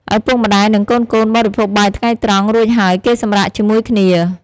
ឪពុកម្ដាយ និងកូនៗបរិភោគបាយថ្ងៃត្រង់ រួចហើយគេសម្រាកជាមួយគ្នា។